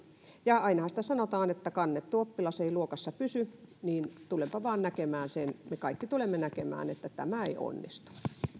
ja ainahan sitä sanotaan että kannettu oppilas ei luokassa pysy niin että tulenpa vain näkemään sen me kaikki tulemme näkemään että tämä ei onnistu